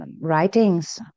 writings